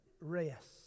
rest